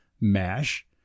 MASH